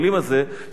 שלא ייווצר,